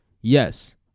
Yes